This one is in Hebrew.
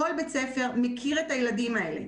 כל בית ספר מכיר את הילדים האלה,